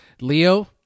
Leo